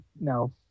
No